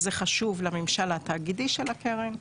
זה חשוב לממשל התאגידי של הקרן,